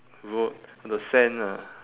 road the sand ah